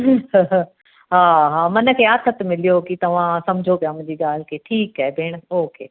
हूं हा मन खे आथत मिलियो तव्हां सम्झो पिया मुंहिंजी ॻाल्हि खे ठीकु आहे भेण ओके